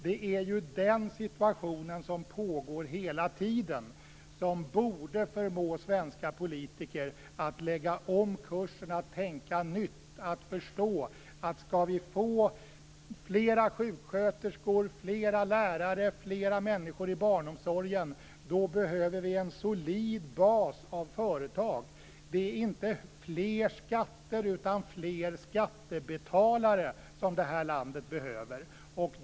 Det är ju den situationen som råder hela tiden och som borde förmå svenska politiker att lägga om kursen, att tänka nytt och att förstå, att om vi skall få flera sjuksköterskor, flera lärare och flera människor i barnomsorgen behöver vi en solid bas av företag. Det är inte fler skatter utan fler skattebetalare som det här landet behöver.